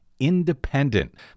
independent